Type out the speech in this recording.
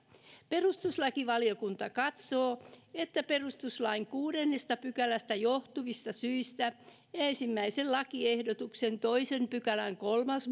perustuslakivaliokunta katsoo että perustuslain kuudennesta pykälästä johtuvista syistä ensimmäisen lakiehdotuksen toisen pykälän kolmas